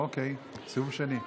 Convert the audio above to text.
אוקיי, סיבוב שני.